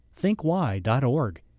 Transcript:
thinkwhy.org